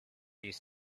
used